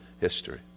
history